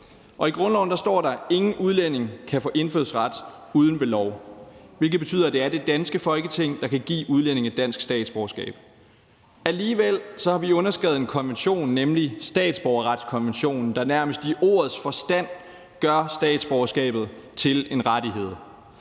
i grundloven står der: »Ingen udlænding kan få indfødsret uden ved lov«. Det betyder, at det er det danske Folketing, der kan give udlændinge dansk statsborgerskab. Alligevel har vi underskrevet en konvention, nemlig statsborgerretskonventionen, der i ordets egentlige forstand nærmest gør statsborgerskabet til en rettighed.